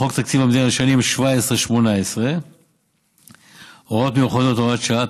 לחוק תקציב המדינה לשנים 2017 2018 (הוראות מיוחדות) (הוראת שעה),